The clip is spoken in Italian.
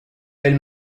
bel